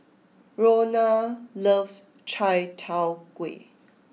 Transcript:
Rhona loves Chai Tow Kuay